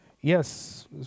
yes